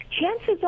chances